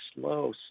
slow